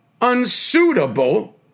unsuitable